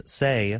say